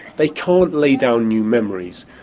they can't lay down new memories.